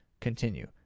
continue